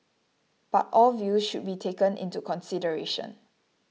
but all views should be taken into consideration